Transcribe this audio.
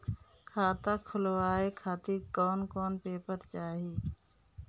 खाता खुलवाए खातिर कौन कौन पेपर चाहीं?